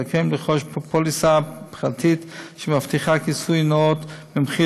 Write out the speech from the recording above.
זכאים לרכוש פוליסה פרטית שמבטיחה כיסוי נאות במחיר